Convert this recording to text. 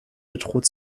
bedroht